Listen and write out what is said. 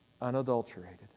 unadulterated